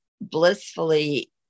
blissfully